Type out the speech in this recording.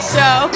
Show